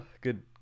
Good